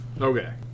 Okay